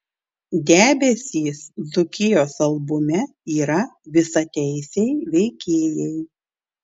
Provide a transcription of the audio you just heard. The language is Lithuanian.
debesys dzūkijos albume yra visateisiai veikėjai